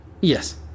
Yes